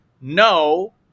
no